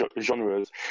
genres